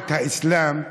בדת האסלאם,